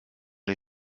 les